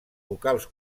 vocals